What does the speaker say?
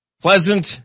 pleasant